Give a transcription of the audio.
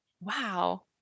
Wow